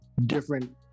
different